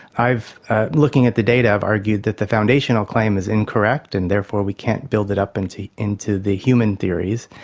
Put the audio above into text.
ah looking at the data, i've argued that the foundational claim is incorrect and therefore we can't build it up into into the human theories.